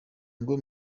ngo